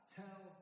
tell